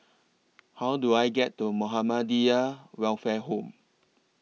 How Do I get to Muhammadiyah Welfare Home